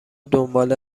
دنبال